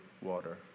water